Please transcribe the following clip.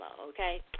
okay